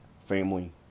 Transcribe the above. family